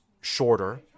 shorter